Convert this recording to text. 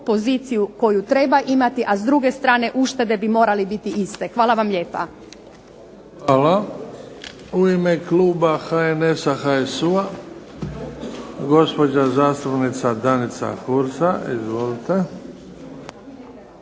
poziciju koju treba imati, a s druge strane uštede bi morale biti iste. Hvala vam lijepa. **Bebić, Luka (HDZ)** Hvala. U ime kluba HNS-a, HSU-a gospođa zastupnica Danica Hursa. Izvolite.